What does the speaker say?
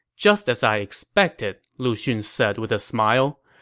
just as i expected, lu xun said with a smile.